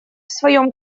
своем